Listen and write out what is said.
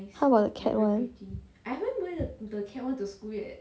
how about the cat one